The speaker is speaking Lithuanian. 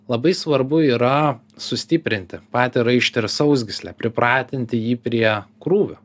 labai svarbu yra sustiprinti patį raištį ir sausgyslę pripratinti jį prie krūvio